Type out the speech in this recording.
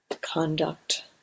conduct